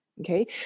Okay